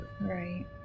Right